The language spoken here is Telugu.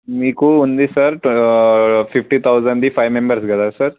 మీకు ఉంది సార్ ఫిఫ్టీ థౌజండ్ది ఫైవ్ మెంబర్స్ కదా సార్